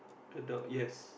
Adobe yes